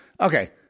Okay